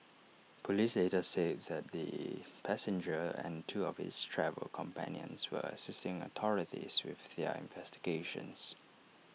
Police later said that the passenger and two of his travel companions were assisting authorities with their investigations